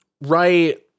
right